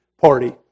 party